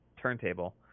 turntable